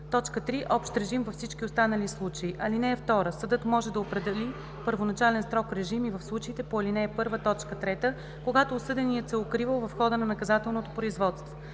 години; 3. общ режим – във всички останали случаи. (2) Съдът може да определи първоначален строг режим и в случаите по ал. 1, т. 3, когато осъденият се е укривал в хода на наказателното производство.